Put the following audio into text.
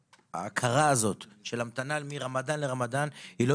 שההכרה הזאת של המתנה מרמדאן לרמדאן היא לא